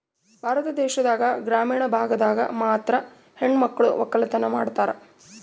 ಭಾರತ ದೇಶದಾಗ ಗ್ರಾಮೀಣ ಭಾಗದಾಗ ಮಾತ್ರ ಹೆಣಮಕ್ಳು ವಕ್ಕಲತನ ಮಾಡ್ತಾರ